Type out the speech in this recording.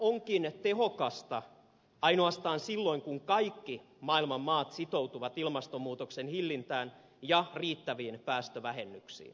ilmastopolitiikka onkin tehokasta ainoastaan silloin kun kaikki maailman maat sitoutuvat ilmastonmuutoksen hillintään ja riittäviin päästövähennyksiin